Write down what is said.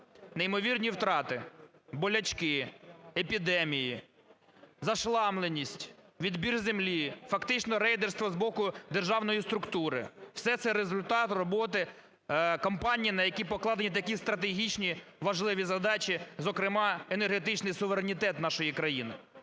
Неймовірні втрати, болячки, епідемії, зашламленість, відбір землі, фактично рейдерство з боку державної структури – все це результат роботи компаній, на які покладені такі стратегічні важливі задачі, зокрема, енергетичний суверенітет нашої країни.